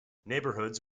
neighbourhoods